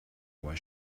why